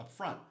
upfront